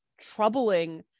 troubling